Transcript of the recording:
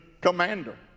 commander